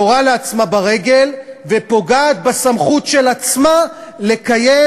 יורה לעצמה ברגל ופוגעת בסמכות של עצמה לקיים